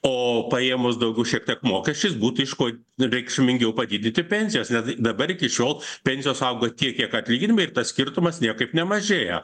o paėmus daugiau šiek tiek mokesčiais būtų iš ko reikšmingiau padidyti pensijas net dabar iki šiol pensijos auga tiek kiek atlyginimai ir tas skirtumas niekaip nemažėja